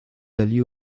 del